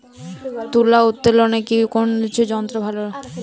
তুলা উত্তোলনে কোন যন্ত্র ভালো?